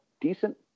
decent